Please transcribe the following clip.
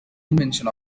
invention